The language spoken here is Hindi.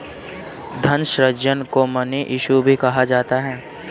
धन सृजन को मनी इश्यू भी कहा जाता है